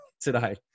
today